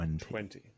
twenty